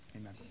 amen